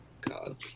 God